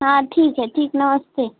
हाँ ठीक है ठीक नमस्ते